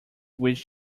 which